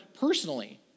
personally